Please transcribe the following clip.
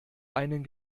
einen